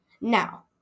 Now